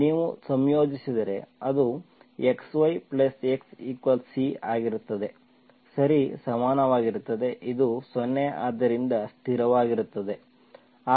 ನೀವು ಸಂಯೋಜಿಸಿದರೆ ಅದು xyx C ಆಗಿರುತ್ತದೆ ಸರಿ ಸಮಾನವಾಗಿರುತ್ತದೆ ಇದು 0 ಆದ್ದರಿಂದ ಸ್ಥಿರವಾಗಿರುತ್ತದೆ